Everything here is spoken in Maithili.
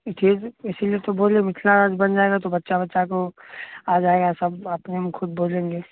ईसीलिए तो बोले मिथिला राज्य बन जाएगा तो बच्चा बच्चा को आ जाएगा सब अपने मे खूद बोलेंगे